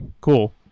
cool